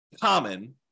common